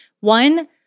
one